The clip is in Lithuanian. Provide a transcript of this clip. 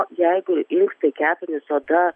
jeigu inkstai kepenys oda